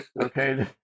Okay